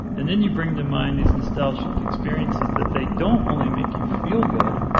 and then you bring to mind these nostalgic experiences that they don't only make you feel good,